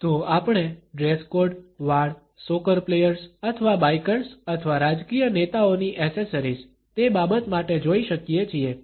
તો આપણે dress code વાળ સોકર પ્લેયર્સ અથવા બાઈકર્સ અથવા રાજકીય નેતાઓની એસેસરીઝ તે બાબત માટે જોઈ શકીએ છીએ